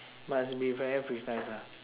must be very precise lah